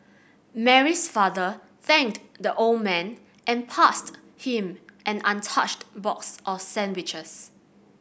Mary's father thanked the old man and passed him an untouched box of sandwiches